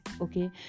okay